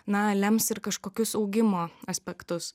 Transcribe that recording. na lems ir kažkokius augimo aspektus